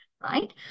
right